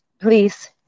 please